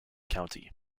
county